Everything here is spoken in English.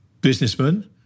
businessman